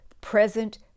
present